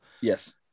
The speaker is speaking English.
yes